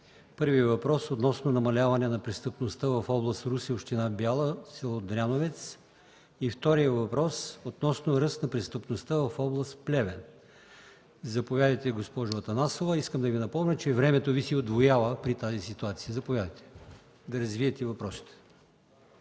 първият въпрос относно намаляване на престъпността в област Русе, община Бяла, село Дряновец; и вторият въпрос е относно ръста на престъпността в област Плевен. Заповядайте, госпожо Атанасова. Искам да Ви напомня, че времето Ви се удвоява при тази ситуация. Заповядайте да развиете въпросите.